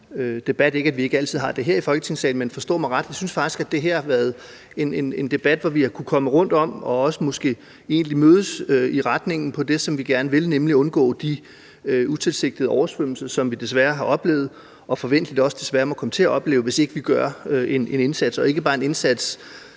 at vi ikke altid har det her i Folketingssalen, men forstå mig ret: Jeg synes faktisk, at det her har været en debat, hvor vi har kunnet komme rundt om og måske også egentlig mødes med retning mod det, som vi gerne vil, nemlig at undgå de utilsigtede oversvømmelser, som vi desværre har oplevet og forventeligt også desværre må komme til at opleve, hvis ikke vi gør en indsats. Det gælder ikke bare en indsats